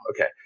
Okay